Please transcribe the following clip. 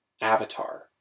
Avatar